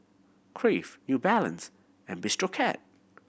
Crave New Balance and Bistro Cat